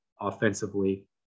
offensively